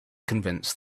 convince